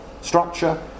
structure